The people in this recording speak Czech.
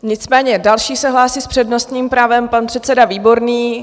Nicméně další se hlásí s přednostním právem pan předseda Výborný.